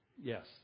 yes